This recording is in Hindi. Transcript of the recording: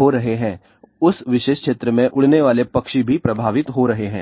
हो रहे हैं उस विशेष क्षेत्र में उड़ने वाले पक्षी भी प्रभावित हो रहे हैं